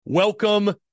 Welcome